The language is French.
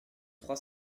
trois